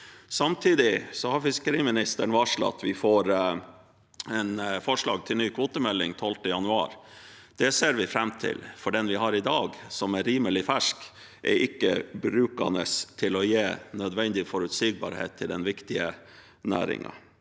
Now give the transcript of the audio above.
Samtidig har fiskeriministeren varslet at vi får forslag til ny kvotemelding 12. januar. Det ser vi fram til, for den vi har i dag, som er rimelig fersk, er ikke brukende til å gi nødvendig forutsigbarhet i denne viktige næringen.